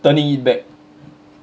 turning it back